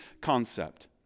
concept